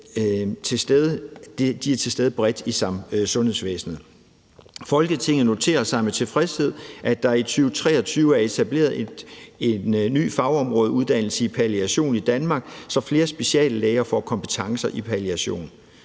er til stede bredt i sundhedsvæsenet. Folketinget noterer sig med tilfredshed, at der i 2023 er etableret en ny fagområdeuddannelse i palliation i Danmark, så flere speciallæger får kompetencer i palliation.